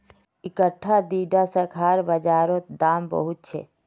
इकट्ठा दीडा शाखार बाजार रोत दाम बहुत छे